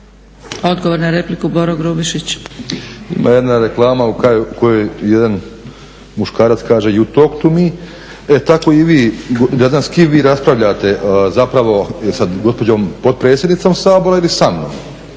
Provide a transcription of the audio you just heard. **Grubišić, Boro (HDSSB)** Ima jedna reklama u kojoj jedan muškarac kaže "you talk to me", e tako i vi, ne znam s kim vi raspravljate, zapravo sa gospođom potpredsjednicom Sabora ili sa mnom